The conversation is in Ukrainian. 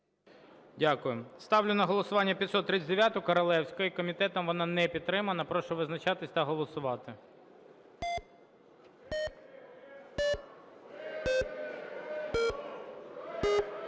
Дякую. Ставлю на голосування 539-у Королевської. Комітетом вона не підтримана. Прошу визначатися та голосувати.